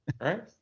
Right